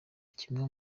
kimwe